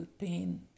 pain